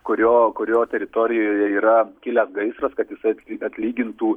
kurio kurio teritorijoje yra kilęs gaisras kad jisai at atlygintų